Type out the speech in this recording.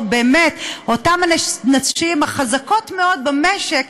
או באמת אותן נשים חזקות מאוד במשק,